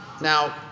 Now